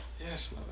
Yes